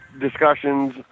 discussions